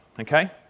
okay